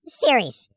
series